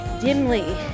dimly